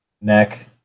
neck